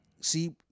See